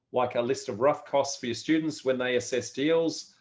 like a list of rough costs for your students when they assess deals?